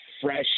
fresh